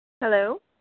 Hello